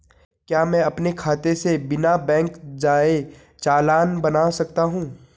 क्या मैं अपने खाते से बिना बैंक जाए चालान बना सकता हूँ?